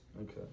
Okay